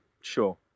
Sure